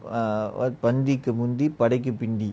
err பந்திக்கு முந்தி படைக்கு பிந்தி:panthikku munthi padaikku pinthi